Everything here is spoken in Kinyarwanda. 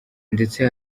ndetse